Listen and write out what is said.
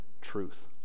truth